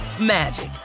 magic